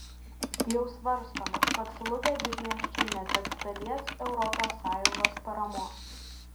jau svarstoma kad žlugę didmiesčiai neteks dalies europos sąjungos paramos